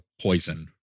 poison